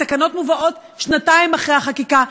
התקנות מובאות שנתיים אחרי החקיקה,